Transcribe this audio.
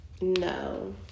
no